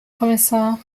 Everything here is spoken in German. kommissar